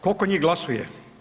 Kolko njih glasuje?